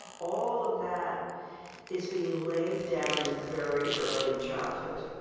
all of that is being laid down in very early childhood.